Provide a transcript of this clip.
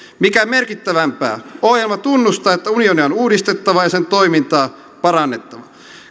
mikä merkittävämpää ohjelma tunnustaa että unionia on uudistettava ja sen toimintaa parannettava